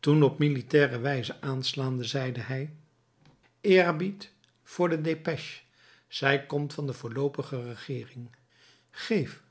toen op militaire wijze aanslaande zeide hij eerbied voor de dépêche zij komt van de voorloopige regeering geef